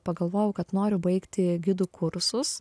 pagalvojau kad noriu baigti gidų kursus